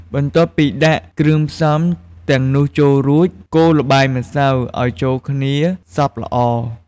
បន្ទាប់់ពីដាក់គ្រឿងផ្សំទាំងនោះចូលរួច កូរល្បាយម្សៅឱ្យចូលគ្នាសព្វល្អ។